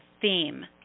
theme